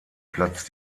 platzt